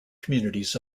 communities